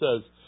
says